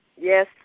Yes